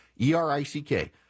E-R-I-C-K